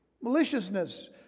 maliciousness